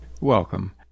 Welcome